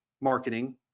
marketing